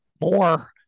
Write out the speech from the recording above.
more